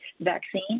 vaccine